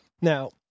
Now